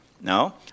No